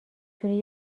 تونی